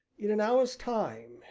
in an hour's time,